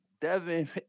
Devin